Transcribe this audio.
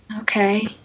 Okay